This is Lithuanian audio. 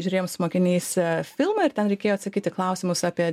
žūrėjau su mokiniais filmą ir ten reikėjo atsakyti į klausimus apie